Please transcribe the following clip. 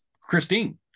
christine